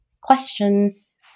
questions